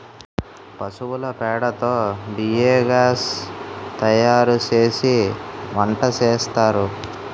పశువుల పేడ తో బియోగాస్ తయారుసేసి వంటసేస్తారు